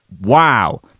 Wow